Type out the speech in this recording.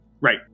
Right